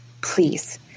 please